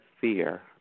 fear